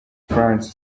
france